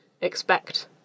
expect